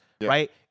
right